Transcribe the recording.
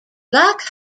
black